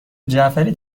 جعفری